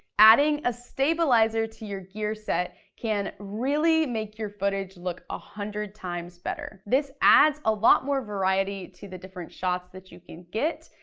adding a stabilizer to your gear set can really make your footage look one ah hundred times better. this adds a lot more variety to the different shots that you can get,